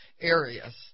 areas